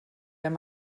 wenn